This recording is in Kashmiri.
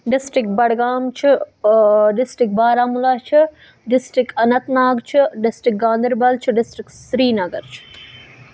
ڈِسٹرک بَڈگام چھُ ڈِسٹرک بارہمولہ چھُ ڈِسٹِرٛک اننٛت ناگ چھُ ڈِسٹرک گاندَربَل چھُ ڈِسٹِرٛک سرینگر چھُ